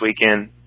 weekend